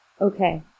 Okay